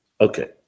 Okay